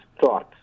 thoughts